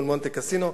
מול מונטה קסינו.